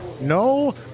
No